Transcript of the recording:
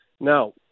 Now